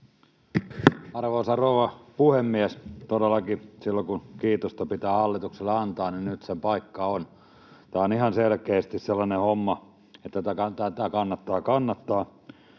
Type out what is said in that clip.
Arvoisa rouva puhemies! Todellakin jos kiitosta pitää hallitukselle antaa, niin nyt sen paikka on. Tämä on ihan selkeästi sellainen homma, että tätä kannattaa kannattaa,